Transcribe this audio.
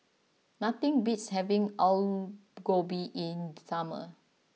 nothing beats having Alu Gobi in the summer